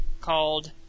called